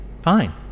Fine